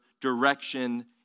direction